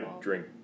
drink